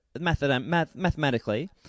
mathematically